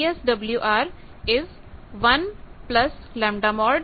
VSWR 1